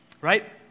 Right